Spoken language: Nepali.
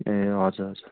ए हजुर हजुर